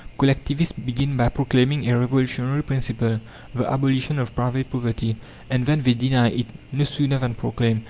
collectivists begin by proclaiming a revolutionary principle the abolition of private property and then they deny it, no sooner than proclaimed,